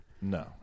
no